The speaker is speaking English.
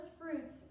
fruits